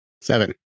seven